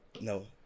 no